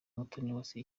umutoniwase